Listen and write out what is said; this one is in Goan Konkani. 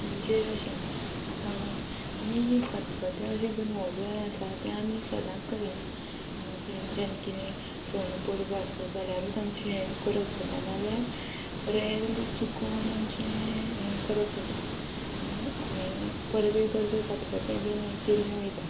म्हणजेर अशें आतां आमी खतखतें अशें बीन हो जो आसा तें आमी सदांत करिना अशें जेन्ना कितें सण परबो आसलो जाल्यारूत आमचें हें करप जाता नाल्यार रॅरली चुकोन आमचें हें करप जाता आनी हें परबे परबे खतखतें बीन हें केल्लें वयता